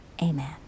Amen